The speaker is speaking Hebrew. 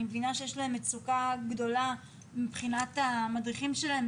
אני מבינה שיש להם מצוקה גדולה מבחינת המדריכים שלהם.